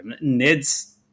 Ned's